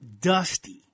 dusty